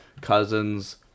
cousins